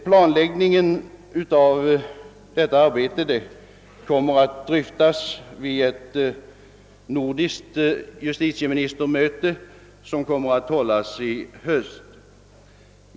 Planläggningen av detta arbete kommer att dryftas vid ett nordiskt justitieministermöte som skall hållas i höst.